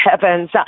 heavens